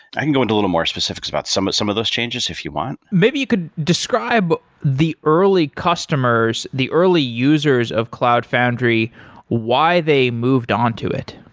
i can go into little more specifics about some but some of those changes if you want maybe you could describe the early customers, the early users of cloud foundry why they moved onto it